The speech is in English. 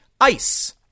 ICE